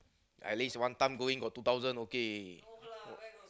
at least one time go in got two thousand okay